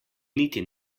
niti